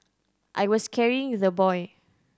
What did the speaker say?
I was carrying the boy